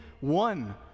one